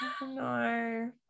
no